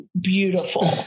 beautiful